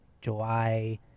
July